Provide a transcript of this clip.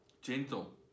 gentle